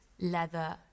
leather